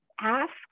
ask